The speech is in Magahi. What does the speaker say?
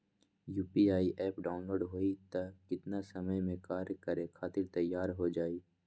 यू.पी.आई एप्प डाउनलोड होई त कितना समय मे कार्य करे खातीर तैयार हो जाई?